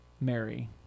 Mary